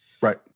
Right